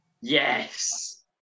Yes